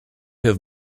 have